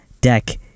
deck